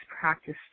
practice